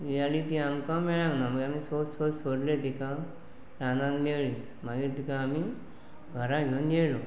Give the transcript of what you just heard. हियाली ती आमकां मेळोंक ना मागीर आमी सोद सोद सोदलें तिका रानान मेळ्ळी मागीर तिका आमी घरा घेवन येयलो